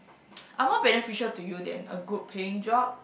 are more beneficial to you than a good paying job